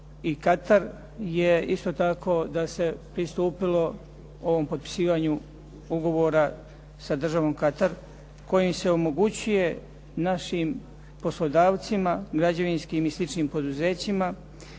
Katar je isto tako da se pristupilo ovom potpisivanju ugovora sa državom Katar kojim se omogućuje našim poslodavcima, građevinskim i sličnim poduzećima